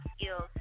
skills